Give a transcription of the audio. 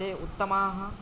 ते उत्तमाः